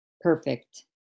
Perfect